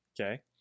okay